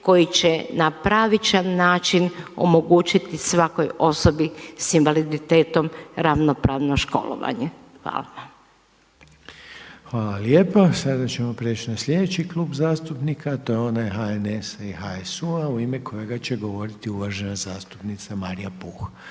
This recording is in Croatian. koji će na pravičan način omogućiti svakoj osobi s invaliditetom ravnopravno školovanje. Hvala. **Reiner, Željko (HDZ)** Hvala. Sada ćemo prijeći na sljedeći klub zastupnika, a to je onaj HNS-HSU-a u ime kojega će govoriti uvažena zastupnica Marija Puh.